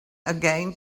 again